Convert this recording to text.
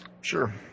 Sure